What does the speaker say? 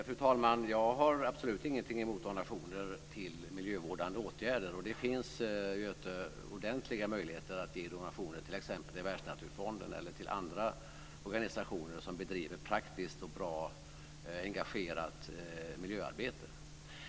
Fru talman! Jag har absolut ingenting emot donationer till miljövårdande åtgärder. Det finns, Göte, ordentliga möjligheter att ge donationer, t.ex. till Världsnaturfonden eller till andra organisationer som bedriver ett praktiskt och bra, engagerat, miljöarbete.